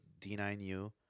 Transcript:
D9U